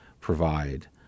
provide